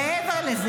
לזה.